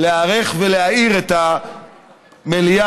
להיערך ולהאיר את המליאה,